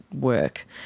work